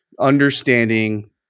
understanding